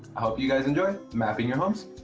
hope you guys enjoy, mapping your homes.